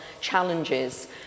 challenges